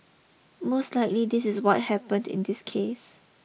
most likely this is what happened in this case